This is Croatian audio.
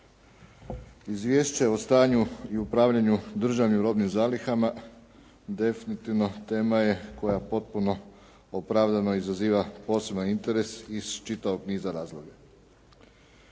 Izvješće o stanju i upravljanju državnim robnim zalihama definitivno tema je koja potpuno opravdano izaziva poseban interes iz čitavog niza razloga.